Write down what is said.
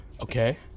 Okay